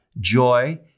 joy